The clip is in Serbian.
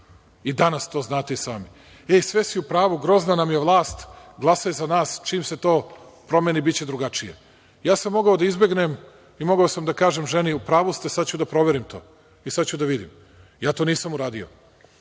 i danas to znate i sami – E, sve si u pravu, grozna nam je vlast, glasaj za nas, čim se to promeni, biće drugačije. Ja sam mogao da izbegnem i mogao sam da kažem ženi da je u pravu i da ću da proverim to. Ali, ja to nisam uradio.